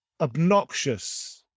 obnoxious